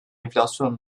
enflasyon